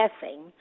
guessing